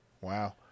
Wow